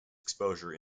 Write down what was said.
exposure